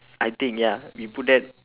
I think ya you put that